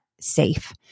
safe